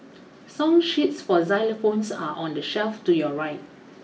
song sheets for xylophones are on the shelf to your right